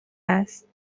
است